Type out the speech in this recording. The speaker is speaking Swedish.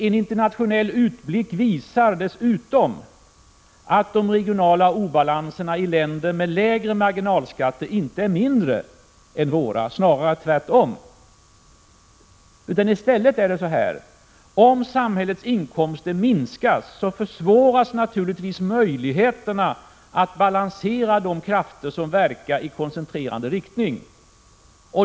En internationell utblick visar dessutom att de regionala obalanserna i länder med lägre marginalskatter inte är mindre än hos oss, snarare tvärtom. I stället är det så att om samhällets inkomster minskas försvåras naturligtvis möjligheterna att balansera de krafter som verkar i koncentrerande riktning.